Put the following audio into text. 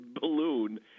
balloon